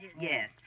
Yes